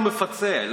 לא מפצה.